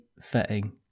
fitting